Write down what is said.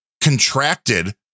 contracted